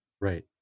Right